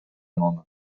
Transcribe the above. nona